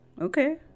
Okay